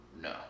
No